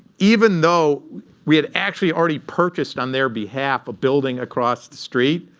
even though we had actually already purchased on their behalf a building across the street,